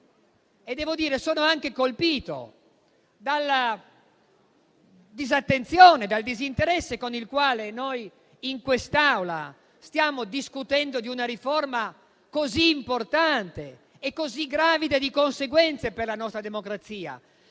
e devo dire che sono anche colpito dalla disattenzione e dal disinteresse con il quale noi in quest'Aula stiamo discutendo di una riforma così importante e così gravida di conseguenze per la nostra democrazia.